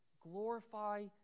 glorify